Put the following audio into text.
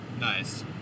Nice